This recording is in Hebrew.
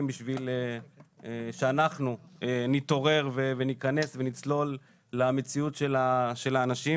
בשביל שאנחנו נתעורר וניכנס ונצלול למציאות של האנשים